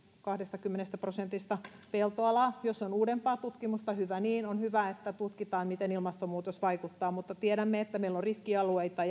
kahdestakymmenestä prosentista peltoalaa jos on uudempaa tutkimusta hyvä niin on hyvä että tutkitaan miten ilmastonmuutos vaikuttaa mutta tiedämme että meillä on riskialueita